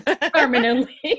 permanently